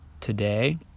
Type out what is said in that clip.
today